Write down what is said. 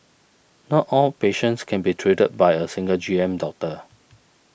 not all patients can be treated by a single G M doctor